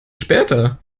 später